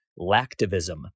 Lactivism